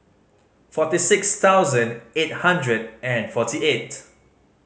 forty six thousand eight hundred and forty eight